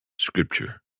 Scripture